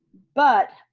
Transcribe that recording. but,